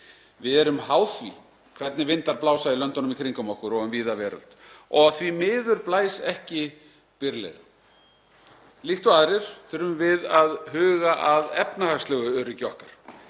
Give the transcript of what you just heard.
Við erum háð því hvernig vindar blása í löndunum í kringum okkur og um víða veröld og því miður blæs ekki byrlega. Líkt og aðrir þurfum við að huga að efnahagslegu öryggi okkar.